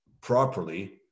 properly